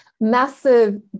Massive